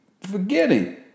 forgetting